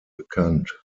bekannt